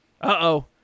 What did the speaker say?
Uh-oh